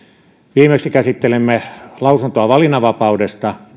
viimeksi käsittelimme lausuntoa valinnanvapaudesta